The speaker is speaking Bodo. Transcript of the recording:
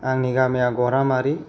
आंनि गामिआ गरामारि